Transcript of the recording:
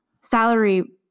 salary